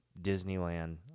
Disneyland